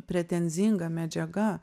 pretenzinga medžiaga